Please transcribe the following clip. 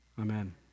Amen